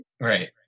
Right